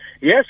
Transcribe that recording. Yes